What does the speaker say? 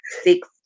six